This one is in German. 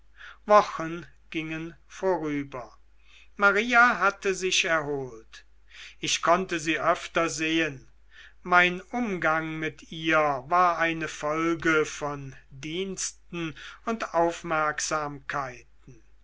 wochen gingen vorüber maria hatte sich erholt ich konnte sie öfter sehen mein umgang mit ihr war eine folge von diensten und aufmerksamkeiten